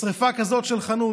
בשרפה כזאת של חנות.